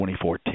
2014